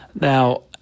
Now